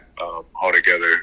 altogether